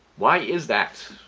why is that?